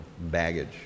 baggage